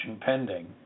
pending